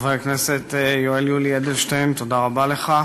חבר הכנסת יואל יולי אדלשטיין, תודה רבה לך,